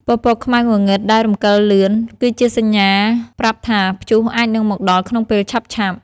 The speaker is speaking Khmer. ពពកខ្មៅងងឹតដែលរំកិលលឿន គឺជាសញ្ញាប្រាប់ថា ព្យុះអាចនឹងមកដល់ក្នុងពេលឆាប់ៗ។